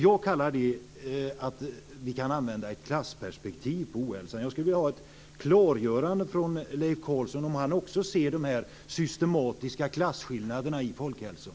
Jag säger därför att vi kan använda ett klassperspektiv på ohälsan. Jag skulle vilja ha ett klargörande från Leif Carlson: Ser han också de här systematiska klasskillnaderna i folkhälsan?